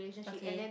okay